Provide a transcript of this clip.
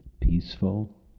peaceful